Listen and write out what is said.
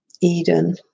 Eden